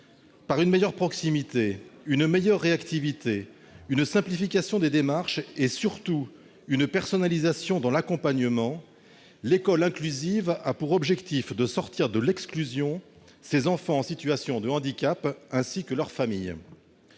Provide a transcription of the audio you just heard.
Par une plus grande proximité, une meilleure réactivité, une simplification des démarches et, surtout, une personnalisation de l'accompagnement, l'école inclusive a pour objectif de sortir de l'exclusion les enfants en situation de handicap, ainsi que leurs familles.